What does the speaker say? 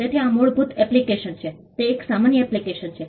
તેથી આ મૂળભૂત એપ્લિકેશન છે તે એક સામાન્ય એપ્લિકેશન છે